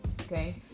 okay